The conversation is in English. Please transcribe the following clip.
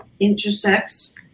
Intersex